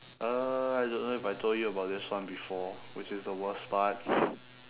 uh I don't know if I told you about this one before which is the worst part